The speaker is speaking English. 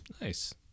Nice